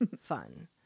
fun